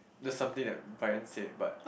that's something like Bryan said but